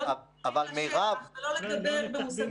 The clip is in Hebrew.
צריך להיות מחובר לשטח ולא לדבר במושגים